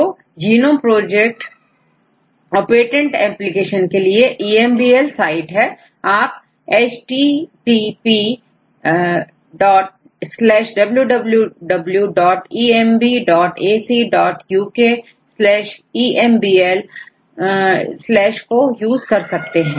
तो genome project और patent application के लिएEMBL साइट है आपhttpwwwebiacukemblको यूज कर सकते हो